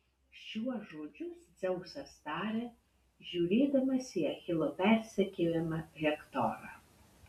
šiuos žodžius dzeusas taria žiūrėdamas į achilo persekiojamą hektorą